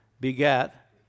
begat